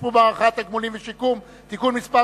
שנספו במערכה (תגמולים ושיקום) (תיקון מס'